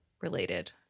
related